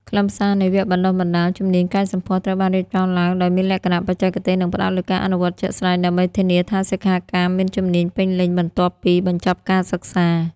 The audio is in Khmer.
ខ្លឹមសារនៃវគ្គបណ្តុះបណ្តាលជំនាញកែសម្ផស្សត្រូវបានរៀបចំឡើងដោយមានលក្ខណៈបច្ចេកទេស និងផ្តោតលើការអនុវត្តជាក់ស្តែង ដើម្បីធានាថាសិក្ខាកាមមានជំនាញពេញលេញបន្ទាប់ពីបញ្ចប់ការសិក្សា។